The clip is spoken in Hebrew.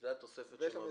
זאת התוספת שמבהירה.